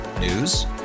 News